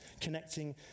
connecting